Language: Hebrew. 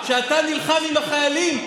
שאתה נלחם עם החיילים,